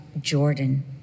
Jordan